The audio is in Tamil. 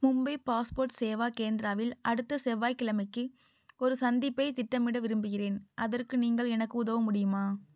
மும்பை பாஸ்போர்ட் சேவா கேந்திராவில் அடுத்த செவ்வாய் கிழமைக்கி ஒரு சந்திப்பைத் திட்டமிட விரும்புகிறேன் அதற்கு நீங்கள் எனக்கு உதவ முடியுமா